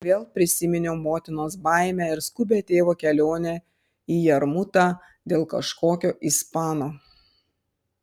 vėl prisiminiau motinos baimę ir skubią tėvo kelionę į jarmutą dėl kažkokio ispano